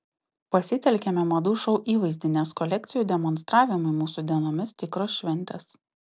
pasitelkėme madų šou įvaizdį nes kolekcijų demonstravimai mūsų dienomis tikros šventės